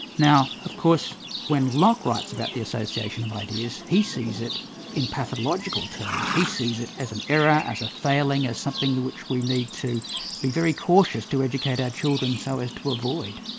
now of course when locke writes about the association of ideas, he sees it in pathological terms, he sees it as an error, as a failing, as something which we need to be very cautious to educate our children so as to avoid.